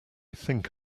think